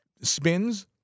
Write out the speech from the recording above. spins